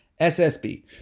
SSB